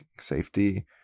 safety